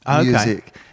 music